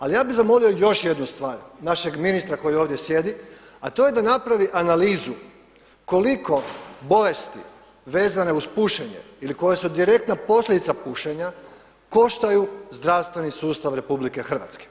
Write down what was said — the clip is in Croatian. Ali ja bih zamolio još jednu stvar, našeg ministra koji ovdje sjedi, a to je da napravi analizu koliko bolesti vezane uz pušenje ili koje su direktna posljedica pušenja koštaju zdravstveni sustav RH.